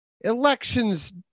elections